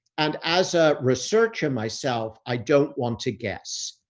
and as a researcher myself, i don't want to guess.